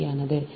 சரியானது